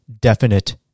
definite